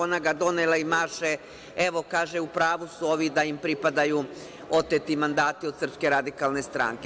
Ona ga donela i maše - evo, kaže, u pravu su ovi da im pripadaju oteti mandati od SRS.